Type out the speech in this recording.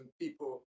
people